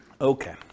Okay